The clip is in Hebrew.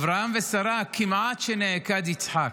אברהם ושרה, כמעט שנעקד יצחק.